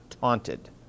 taunted